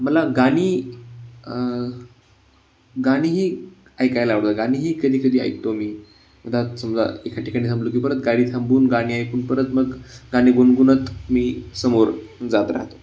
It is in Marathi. मला गाणी गाणीही ऐकायला आवडतं गाणीही कधी कधी ऐकतो मी त्यात समजा एखाद्या ठिकाणी थांबलो की परत गाडी थांबवून गाणी ऐकून परत मग गाणी गुणगुणत मी समोर जात राहतो